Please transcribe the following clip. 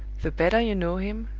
the better you know him,